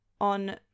On